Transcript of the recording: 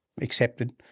accepted